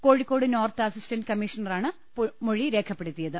Kozhikode north assistant കമ്മീഷണറാണ് മൊഴി രേഖപ്പെടുത്തിയത്